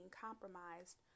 compromised